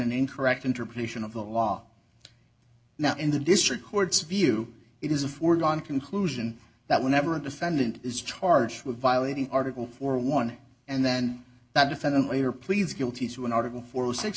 an incorrect interpretation of the law now in the district court's view it is a foregone conclusion that whenever a defendant is charged with violating article for one and then that defendant later pleads guilty to an article for six